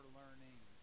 learning